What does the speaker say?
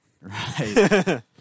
Right